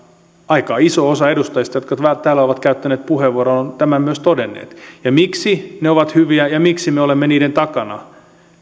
aika iso osa edustajista jotka täällä ovat käyttäneet puheenvuoron on tämän myös todennut miksi ne ovat hyviä ja ja miksi me olemme niiden takana